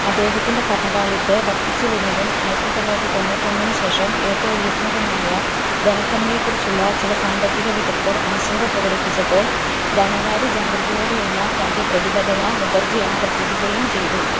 അദ്ദേഹത്തിന്റെ ഭരണകാലത്ത് വര്ദ്ധിച്ചുവരുന്നതും ആയിരത്തി തൊള്ളായിരത്തി തൊണ്ണൂറ്റിയൊന്നിന് ശേഷം ഏറ്റവും ഉയർന്നതുമായ ധനക്കമ്മിയെക്കുറിച്ച് ചില സാമ്പത്തികവിദഗ്ധർ ആശങ്ക പ്രകടിപ്പിച്ചപ്പോൾ ധനകാര്യ ജാഗ്രതയോടുള്ള തന്റെ പ്രതിബദ്ധത മുഖർജി ആവർത്തിക്കുകയും ചെയ്തു